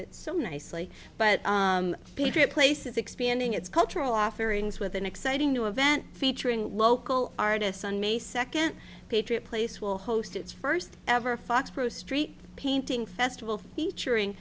it so nicely but patriot place is expanding its cultural offerings with an exciting new event featuring local artists on may second patriot place will host its first ever foxboro street painting festival featuring